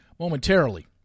momentarily